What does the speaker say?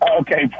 Okay